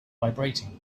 vibrating